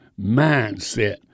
mindset